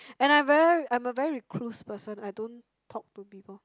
and I very I am very recluse person I don't talk to people